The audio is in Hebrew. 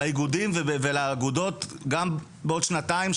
האיגודים ועל האגודות גם בעוד שנתיים,